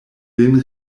lin